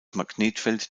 magnetfeld